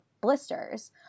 blisters